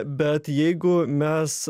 bet jeigu mes